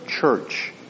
church